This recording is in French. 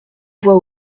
voix